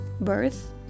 birth